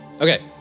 Okay